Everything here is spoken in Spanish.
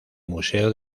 museo